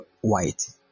white